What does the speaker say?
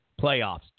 playoffs